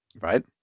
right